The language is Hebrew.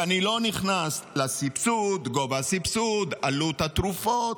ואני לא נכנס לסבסוד, גובה הסבסוד, עלות התרופות.